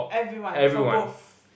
everyone for both